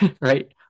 right